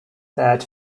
third